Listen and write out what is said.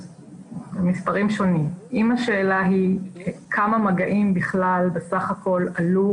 אז מספרים שונים אם השאלה היא כמה מגעים בכלל בסך הכול עלו